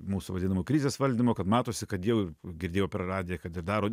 mūsų vadinamo krizės valdymo kad matosi kad jau girdėjau per radiją kad ir daro